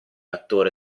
attore